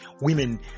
women